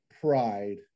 pride